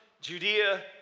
Judea